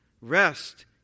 Rest